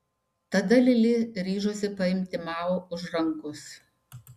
tada lili ryžosi paimti mao už rankos